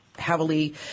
heavily